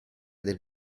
del